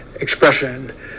expression